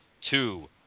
two